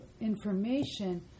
information